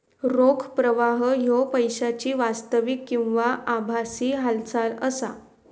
रोख प्रवाह ह्यो पैशाची वास्तविक किंवा आभासी हालचाल असा